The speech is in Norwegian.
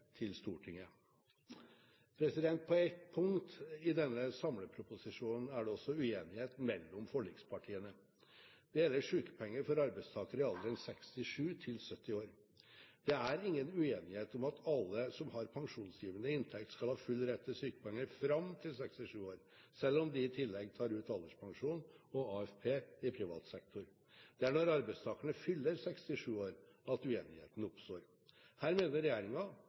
til Stortinget. På ett punkt i denne samleproposisjonen er det også uenighet mellom forlikspartiene. Det gjelder sykepenger for arbeidstakere i alderen 67–70 år. Det er ingen uenighet om at alle som har pensjonsgivende inntekt, skal ha full rett til sykepenger fram til 67 år, selv om de i tillegg tar ut alderspensjon og AFP i privat sektor. Det er når arbeidstakerne fyller 67 år uenigheten oppstår. Her mener